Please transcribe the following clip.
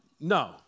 no